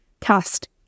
cast